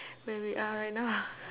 where we are right now